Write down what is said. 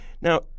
now